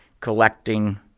collecting